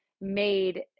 made